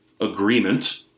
agreement